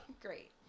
Great